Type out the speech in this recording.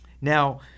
Now